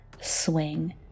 swing